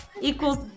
equals